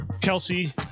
Kelsey